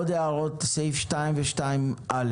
עוד הערות לסעיף 2 ו-2א?